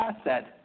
asset